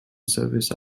service